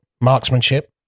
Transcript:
marksmanship